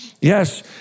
Yes